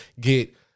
get